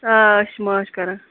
آ أسۍ چھِ مٲنٛچھ کڈن